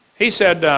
he said